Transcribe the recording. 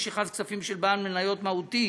משיכת כספים של בעל מניות מהותי